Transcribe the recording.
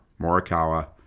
Morikawa